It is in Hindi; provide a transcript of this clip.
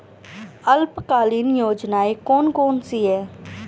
अल्पकालीन योजनाएं कौन कौन सी हैं?